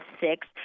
six